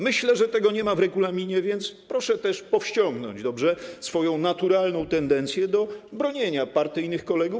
Myślę, że tego nie ma w regulaminie, więc proszę też powściągnąć - dobrze? - swoją naturalną tendencję do bronienia partyjnych kolegów.